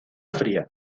fría